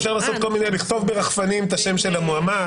אפשר לכתוב ברחפנים את השם של המועמד.